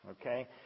Okay